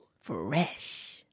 Fresh